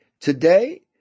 today